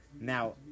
Now